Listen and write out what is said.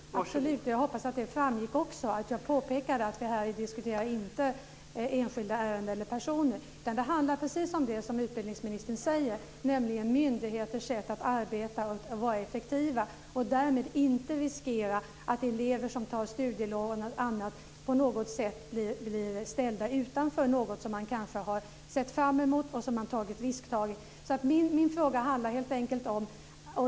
Fru talman! Absolut! Jag hoppas att det framgick att jag påpekade att vi här inte diskuterar enskilda ärenden eller personer. Det handlar om precis det som utbildningsministern säger, nämligen myndigheters sätt att arbeta och vara effektiva och därmed inte riskera att elever som tar studielån och annat på något sätt blir ställda utanför det som man kanske har sett fram emot och som man tagit risker för. Det är helt enkelt det min fråga handlar om.